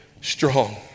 strong